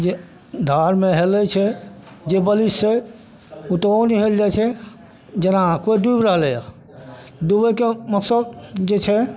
जे धारमे हेलै छै जे बलिष्ठ छै ओ तऽ ओहनो हेलि जाइ छै जेना कोइ डुबि रहलैए डुबैके मकसद जे छै